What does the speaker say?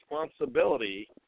responsibility